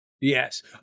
Yes